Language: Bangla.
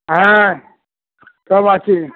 হ্যাঁ সব আছে